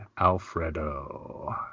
Alfredo